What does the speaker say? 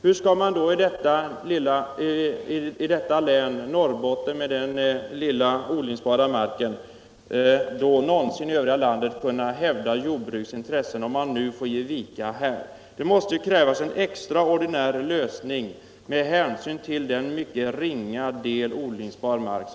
Det väsentliga i min fråga till bostadsministern var hur man någonsin i andra delar av landet skall kunna hävda jordbrukets intressen om man nu ger vika i Norrbotten med dess ringa andel odlingsbar mark. Det måste här krävas en extraordinär lösning med hänsyn till den mycket ringa andelen odlingsbar mark.